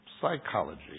psychology